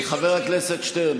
חבר הכנסת שטרן,